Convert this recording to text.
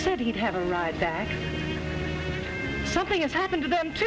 said have a ride that something has happened to them to